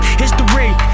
history